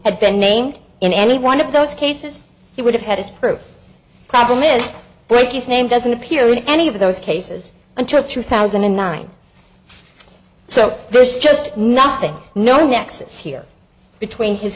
had been named in any one of those cases he would have had his proof problem is brachis name doesn't appear in any of those cases until two thousand and nine so there's just nothing no nexus here between his